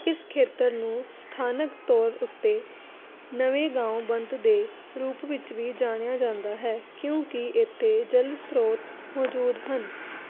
ਇਸ ਖੇਤਰ ਨੂੰ ਸਥਾਨਕ ਤੌਰ ਉੱਤੇ ਨਵੇਗਾਓਂ ਬੰਦ ਦੇ ਰੂਪ ਵਿੱਚ ਵੀ ਜਾਣਿਆ ਜਾਂਦਾ ਹੈ ਕਿਉਂਕਿ ਇੱਥੇ ਜਲ ਸਰੋਤ ਮੌਜੂਦ ਹਨ